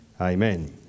Amen